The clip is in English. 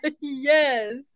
yes